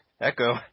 echo